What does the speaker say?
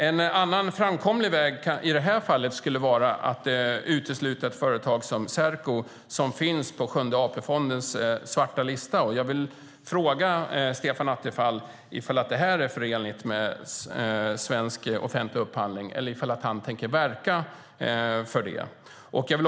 En annan framkomlig väg i det här fallet skulle vara att utesluta ett företag som Serco, som finns på Sjunde AP-fondens svarta lista. Jag vill fråga Stefan Attefall om detta är förenligt med svensk offentlig upphandling och om han tänker verka för det?